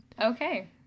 okay